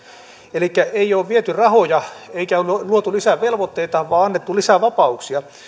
elikkä ei ole viety rahoja eikä luotu lisää velvoitteita vaan annettu lisää vapauksia